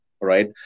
right